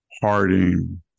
Harding